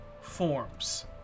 forms